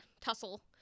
tussle